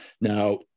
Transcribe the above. Now